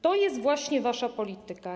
To jest właśnie wasza polityka.